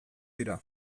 dira